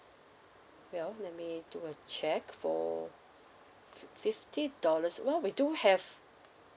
well let me do a check for fif~ fifty dollars what we do have